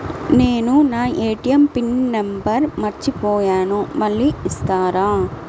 నేను నా ATM pin number మర్చిపోయాను మళ్ళీ ఇస్తారా?